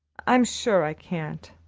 i'm sure i can't.